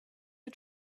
for